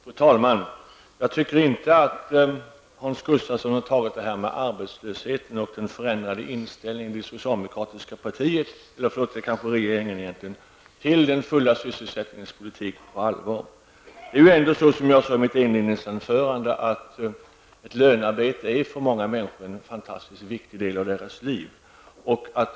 Fru talman! Jag tycker inte att Hans Gustafsson har tagit arbetslösheten och den förändrade inställningen i socialdemokratiska partiet -- eller kanske egentligen regeringen -- till den fulla sysselsättningen på allvar. Som jag sade i mitt inledningsanförande, är ett lönearbete för många människor en fantastisk viktig del av deras liv.